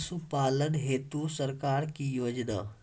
पशुपालन हेतु सरकार की योजना?